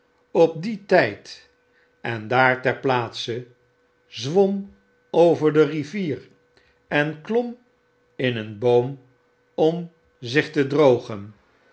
op dien tijd en daar ter plaatse zwom overderivier en klom in een boom om zich te drogen